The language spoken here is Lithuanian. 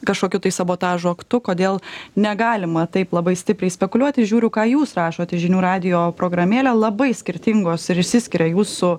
kažkokiu tai sabotažo aktu kodėl negalima taip labai stipriai spekuliuoti žiūriu ką jūs rašot į žinių radijo programėlę labai skirtingos ir išsiskiria jūsų